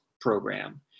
program